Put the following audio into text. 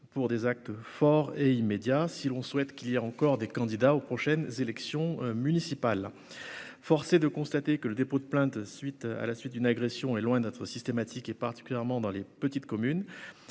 pour des actes forts et immédiat, si l'on souhaite qu'il y a encore des candidats aux prochaines élections municipales forcé de constater que le dépôt de plainte, suite à la suite d'une agression est loin d'être systématique et particulièrement dans les petites communes